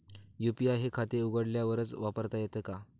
UPI हे खाते उघडल्यावरच वापरता येते का?